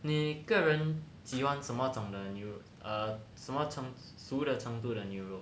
你个人喜欢什么种的牛肉什么 err 什么程熟的程度的牛肉